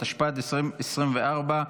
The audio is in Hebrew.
התשפ"ד 2024,